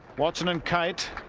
watson and kite.